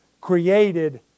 created